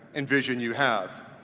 and vision you have.